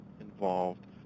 involved